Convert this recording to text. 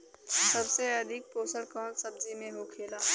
सबसे अधिक पोषण कवन सब्जी में होखेला?